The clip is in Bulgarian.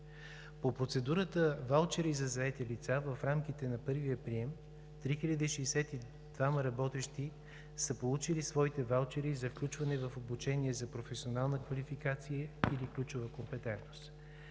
По процедурата „Ваучери за заети лица“ в рамките на първия прием 3062 работещи са получили своите ваучери за включване в обучение за професионална квалификация или ключова компетентност.